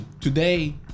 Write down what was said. today